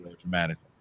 dramatically